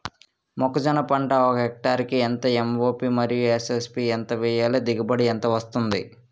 మొక్కజొన్న పంట ఒక హెక్టార్ కి ఎంత ఎం.ఓ.పి మరియు ఎస్.ఎస్.పి ఎంత వేయాలి? దిగుబడి ఎంత వస్తుంది?